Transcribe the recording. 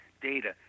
data